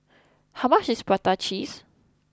how much is Prata Cheese